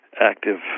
active